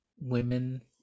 women